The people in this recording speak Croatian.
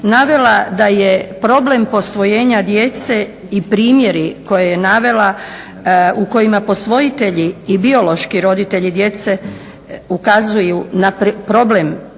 navela da je problem posvojenja djece i primjeri koje je navela u kojima posvojitelji i biološki roditelji djece ukazuju na problem zaštite